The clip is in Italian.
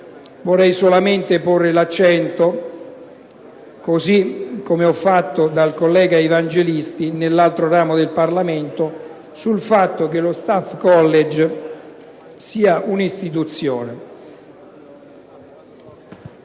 Vorrei solamente porre l'accento, così come ha fatto il collega Evangelisti nell'altro ramo del Parlamento, sul fatto che lo Staff College è un'istituzione,